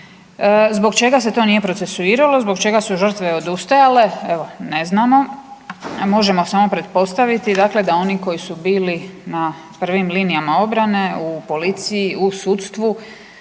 Zbog čega se to nije procesuiralo, zbog čega su žrtve odustajale, evo, ne znamo, možemo samo pretpostaviti da oni koji su bili na prvim linijama obrane, u policiji, u sudstvu,